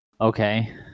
Okay